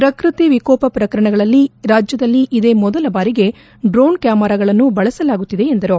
ಪ್ರಕೃತಿ ವಿಕೋಪ ಪ್ರಕರಣಗಳಲ್ಲಿ ರಾಜ್ಯದಲ್ಲಿ ಇದೇ ಮೊದಲ ಬಾರಿಗೆ ಡ್ರೋಣ್ ಕ್ಯಾಮರಾಗಳನ್ನು ಬಳಸಲಾಗುತ್ತಿದೆ ಎಂದರು